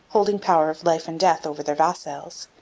holding power of life and death over their vassals.